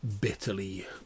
bitterly